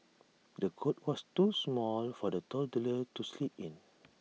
the cot was too small for the toddler to sleep in